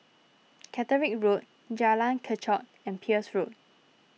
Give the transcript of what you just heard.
Catterick Road Jalan Kechot and Peirce Road